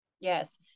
Yes